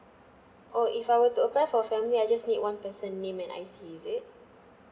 oh if I were to apply for family I just need one person name and I_C is it